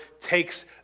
takes